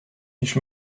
ich